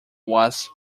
was